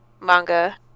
manga